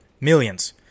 Millions